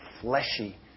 fleshy